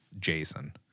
Jason